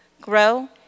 grow